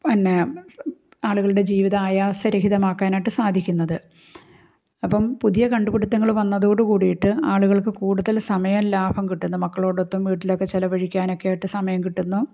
പിന്നെ ആളുകളുടെ ജീവിതം ആയാസ രഹിതമാക്കാനായിട്ട് സാധിക്കുന്നത് അപ്പം പുതിയ കണ്ടുപിടുത്തങ്ങൾ വന്നതോടു കൂടിയിട്ട് ആളുകൾക്ക് കൂടുതൽ സമയ ലാഭം കിട്ടുന്നു മക്കളോടൊത്തും വീട്ടിലൊക്കെ ചെലവഴിക്കാനൊക്കെയായിട്ട് സമയം കിട്ടുന്നു